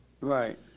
Right